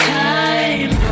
time